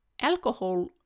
alcohol